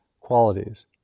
qualities